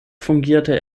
fungierte